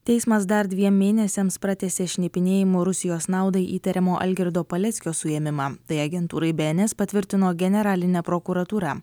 teismas dar dviem mėnesiams pratęsė šnipinėjimu rusijos naudai įtariamo algirdo paleckio suėmimą tai agentūrai be en es patvirtino generalinė prokuratūra